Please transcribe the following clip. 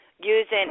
using